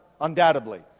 undoubtedly